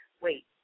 Wait